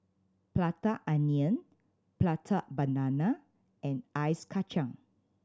Prata Onion Prata Banana and Ice Kachang